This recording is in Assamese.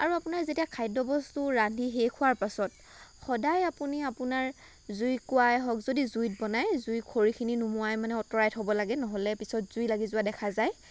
আৰু আপোনাৰ যেতিয়া খাদ্য বস্তু ৰান্ধি শেষ হোৱাৰ পাছত সদায় আপুনি আপোনাৰ জুই কোৱাই হয়ক যদি জুইত বনাই জুই খৰিখিনি নোমোৱাই মানে আঁতৰাই থব লাগে নহ'লে পাছত জুই লাগি যোৱা দেখা যায়